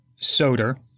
Soder